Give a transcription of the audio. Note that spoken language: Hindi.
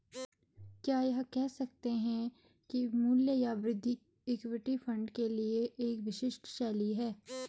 क्या यह कह सकते हैं कि मूल्य या वृद्धि इक्विटी फंड के लिए एक विशिष्ट शैली है?